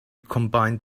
combined